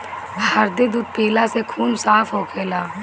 हरदी दूध पियला से खून साफ़ होखेला